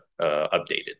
updated